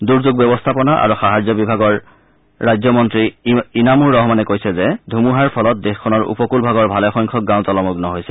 দূৰ্যোগ ব্যৱস্থাপনা আৰু সাহায্য বিভাগৰ ৰাজ্য মন্ত্ৰী ইনামুৰ ৰহমানে কৈছে যে ধুমুহাৰ ফলত দেশখনৰ উপকূলভাগৰ ভালেসংখ্যক গাঁও জলমগ্ন হৈছে